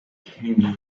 hanging